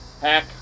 Hack